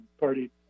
party